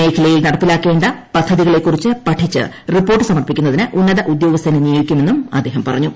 മേഖലയിൽ നടപ്പിലാക്കേണ്ട പദ്ധതികളെക്കുറിച്ച് പഠിച്ച് റിപ്പോർട്ട് സമർപ്പിക്കുന്നതിന് ഉന്നത ഉദ്യോഗസ്ഥനെ നിയോഗിക്കുമെന്നും അദ്ദേഹം പറഞ്ഞു